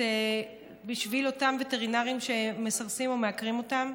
בשביל אותם וטרינרים שמסרסים ומעקרים אותם,